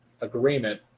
agreement